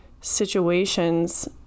situations